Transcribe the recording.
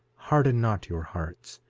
harden not your hearts.